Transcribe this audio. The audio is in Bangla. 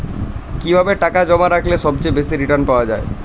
কিভাবে টাকা জমা রাখলে সবচেয়ে বেশি রির্টান পাওয়া য়ায়?